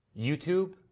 YouTube